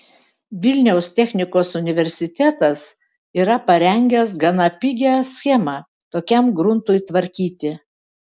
vilniaus technikos universitetas yra parengęs gana pigią schemą tokiam gruntui tvarkyti